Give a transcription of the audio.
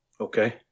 Okay